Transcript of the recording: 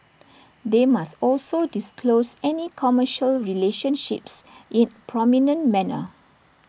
they must also disclose any commercial relationships in prominent manner